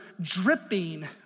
dripping